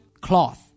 cloth